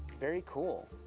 very cool.